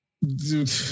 Dude